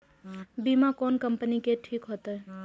बीमा कोन कम्पनी के ठीक होते?